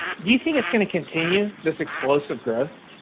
do you think it's going to continue this explosive growth?